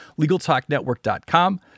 LegalTalkNetwork.com